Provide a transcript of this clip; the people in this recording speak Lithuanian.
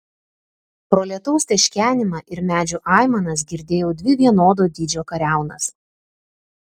pro lietaus teškenimą ir medžių aimanas girdėjau dvi vienodo dydžio kariaunas